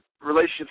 relationships